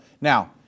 Now